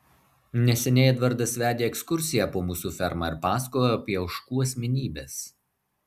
neseniai edvardas vedė ekskursiją po mūsų fermą ir pasakojo apie ožkų asmenybes